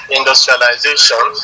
industrialization